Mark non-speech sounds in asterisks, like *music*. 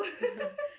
*laughs*